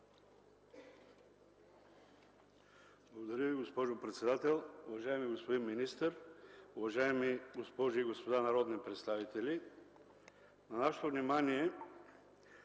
Благодаря Ви, госпожо председател. Уважаеми господин министър, уважаеми госпожи и господа народни представители! На нашето внимание